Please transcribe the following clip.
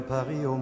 Paris